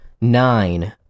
nine